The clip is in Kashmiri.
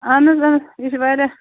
اَہَن حَظ یہِ چھُ واریاہ